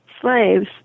slaves